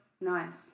Nice